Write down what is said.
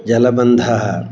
जलबन्धः